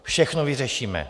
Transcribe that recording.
Všechno vyřešíme.